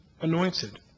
anointed